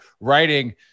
writing